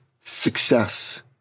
success